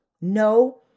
No